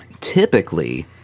typically